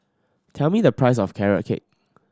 tell me the price of Carrot Cake